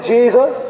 Jesus